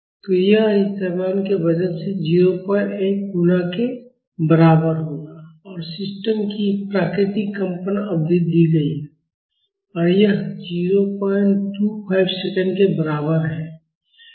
तो यह इस द्रव्यमान के वजन से 01 गुणा के बराबर होगा और सिस्टम की प्राकृतिक कंपन अवधि दी गई है और यह 025 सेकंड के बराबर है